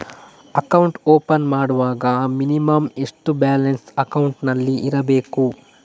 Account open ಮಾಡುವಾಗ minimum ಎಷ್ಟು balance ಅಕೌಂಟಿನಲ್ಲಿ ಇರಬೇಕು?